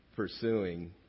pursuing